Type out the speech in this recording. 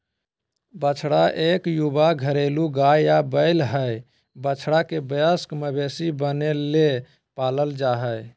बछड़ा इक युवा घरेलू गाय या बैल हई, बछड़ा के वयस्क मवेशी बने के लेल पालल जा हई